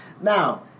Now